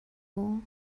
maw